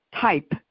type